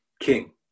king